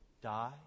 die